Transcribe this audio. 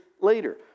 later